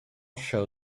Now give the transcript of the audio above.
show